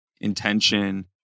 intention